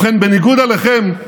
ובכן, בניגוד אליכם,